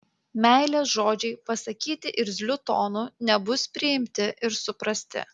meilės žodžiai pasakyti irzliu tonu nebus priimti ir suprasti